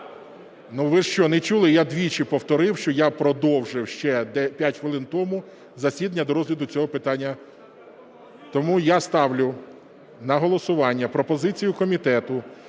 Ви що, не чули, я двічі повторив, що я продовжив, ще 5 хвилин тому, засідання до розгляду цього питання. Тому я ставлю на голосування пропозицію комітету